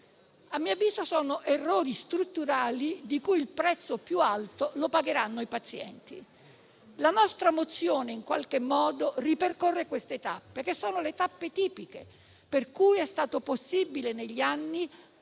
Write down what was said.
A mio avviso sono errori strutturali il cui prezzo più alto lo pagheranno i pazienti. La nostra mozione in qualche modo ripercorrere queste tappe, che sono quelle tipiche per cui è stato possibile negli anni